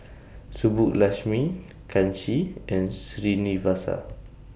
Subbulakshmi Kanshi and Srinivasa